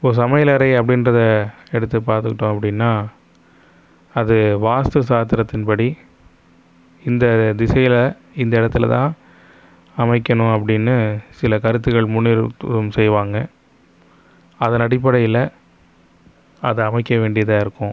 ஒரு சமையல் அறை அப்படியின்றத எடுத்து பார்த்துக்கிட்டோம் அப்படின்னா அது வாஸ்து சாத்திரத்தின் படி இந்த திசையில் இந்த இடத்துல தான் அமைக்கணும் அப்படின்னு சில கருத்துகள் முன்னியத்துவம் செய்வாங்க அதன் அடிப்படையில அதை அமைக்க வேண்டியதாக இருக்கும்